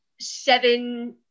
seven